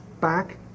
back